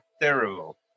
terrible